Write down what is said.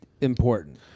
important